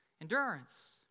endurance